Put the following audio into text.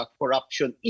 corruption